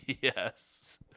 Yes